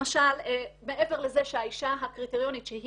למשל מעבר לזה שהאישה הקריטריונית שהיא